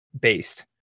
based